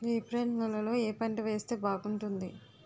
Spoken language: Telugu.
ఏప్రిల్ నెలలో ఏ పంట వేస్తే బాగుంటుంది?